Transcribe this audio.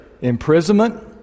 imprisonment